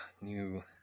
New